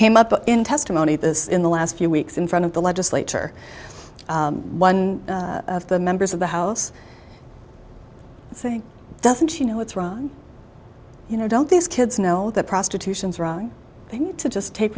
came up in testimony this in the last few weeks in front of the legislature one of the members of the house saying doesn't you know it's wrong you know don't these kids know that prostitution is wrong thing to just take